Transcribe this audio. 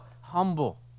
humble